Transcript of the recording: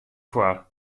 foar